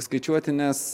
skaičiuoti nes